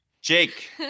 Jake